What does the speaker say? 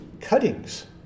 cuttings